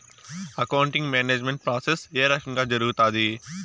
accounting management process ఏ రకంగా జరుగుతాది